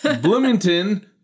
bloomington